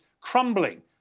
crumbling